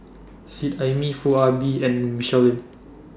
Seet Ai Mee Foo Ah Bee and Michelle Lim